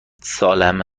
سالم